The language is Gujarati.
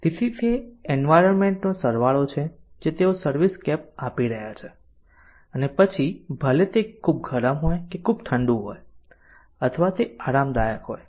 તેથી એ એન્વાયરમેન્ટ નો સરવાળો છે જે તેઓ સર્વિસસ્કેપ આપી રહ્યા છે પછી ભલે તે ખૂબ ગરમ હોય કે ખૂબ ઠંડુ હોય અથવા તે આરામદાયક હોય